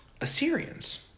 Assyrians